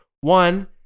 One